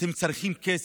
אתם צריכים כסף,